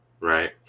right